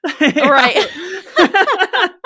Right